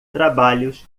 trabalhos